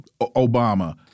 Obama—